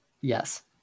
yes